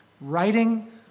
writing